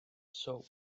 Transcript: soap